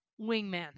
wingman